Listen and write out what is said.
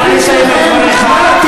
נא לסיים את דבריך.